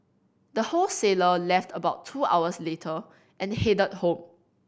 the wholesaler left about two hours later and headed home